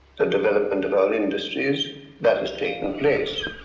the development of our industries that has taken place.